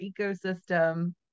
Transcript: ecosystem